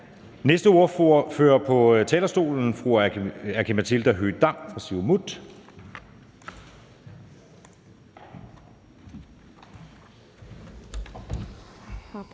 Næste ordfører på talerstolen er fru Aki-Matilda Høegh-Dam, Siumut.